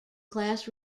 class